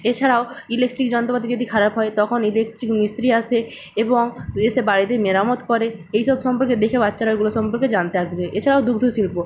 এছাড়াও ইলেকট্রিক যন্ত্রপাতি যদি খারাপ হয় তখন ইলেকট্রিক মিস্ত্রি আসে এবং এসে বাড়িতে মেরামত করে এই সব সম্পর্কে দেখে বাচ্চারা এগুলো সম্পর্কে জানতে আগ্রহী এছাড়াও দুগ্ধ শিল্প